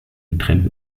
getrennt